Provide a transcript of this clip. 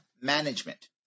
Management